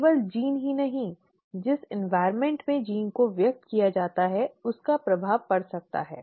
केवल जीन ही नहीं जिस वातावरण में जीन को व्यक्त किया जाता है उसका प्रभाव पड़ सकता है